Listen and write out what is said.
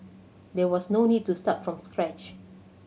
there was no need to start from scratch